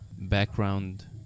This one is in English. background